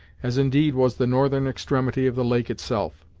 as indeed was the northern extremity of the lake itself.